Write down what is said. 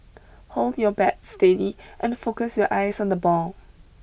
hold your bat steady and focus your eyes on the ball